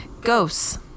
Ghosts